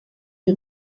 die